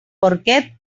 porquet